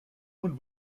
und